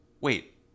wait